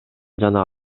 жана